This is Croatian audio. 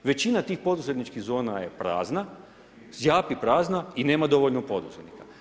Većina tih poduzetničkih zona je prazna, zjapi prazna i nema dovoljno poduzetnika.